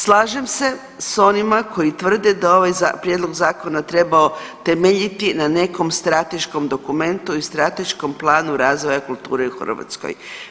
Slažem se sa onima koji tvrde da ovaj prijedlog zakona treba temeljiti na nekom strateškom dokumentu i strateškom planu razvoja kulture u Hrvatskoj.